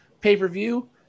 pay-per-view